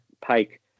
pike